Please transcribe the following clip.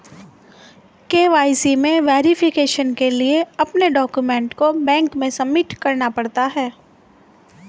KYC में verification के लिए अपने डाक्यूमेंट को बैंक में सबमिट करना पड़ता है